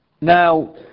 Now